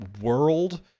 world